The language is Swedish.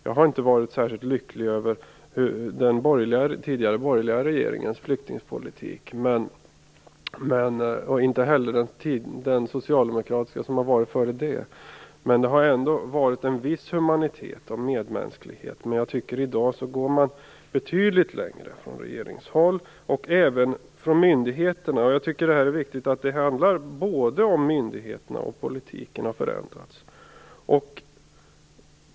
Jag har inte varit särskilt lycklig över den tidigare borgerliga regeringens flyktingpolitik, och inte heller över den socialdemokratiska som föregick denna. Det har trots allt funnits en viss humanitet och medmänsklighet. Jag tycker att regeringen och även myndigheterna i dag går betydligt längre. Detta är viktigt - såväl myndigheterna som politiken har förändrats.